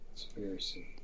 Conspiracy